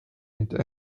nüüd